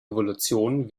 evolution